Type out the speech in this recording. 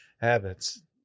habits